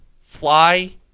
Fly